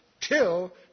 till